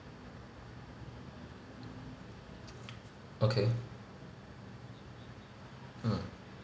okay mm